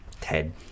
Ted